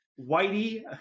Whitey